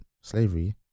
slavery